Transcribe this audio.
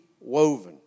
woven